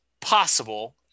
possible